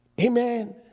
Amen